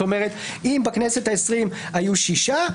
אם בכנסת העשרים היו שישה,